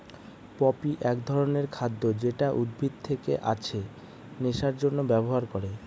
poppy এক ধরনের খাদ্য যেটা উদ্ভিদ থেকে আছে নেশার জন্যে ব্যবহার করে